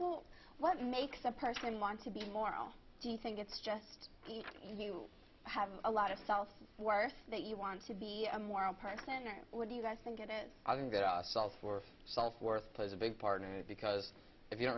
well what makes a person want to be more do you think it's just you have a lot of self worth that you want to be a moral person what do you think it is i think that our self worth self worth plays a big part in it because if you don't